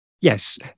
Yes